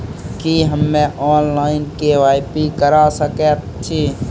की हम्मे online, KYC करा सकैत छी?